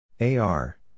AR